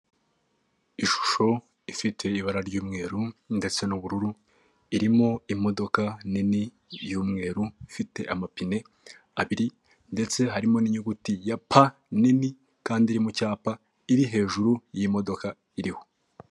Ishusho ifite ibara ry'umweru ndetse n'ubururu irimo imodoka nini y'umweru ifite amapine abiri ndetse harimo n'inyuguti ya p nini kandi iri mu cyapa iri hejuru y'imodoka iriho.